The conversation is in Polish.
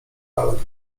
lalek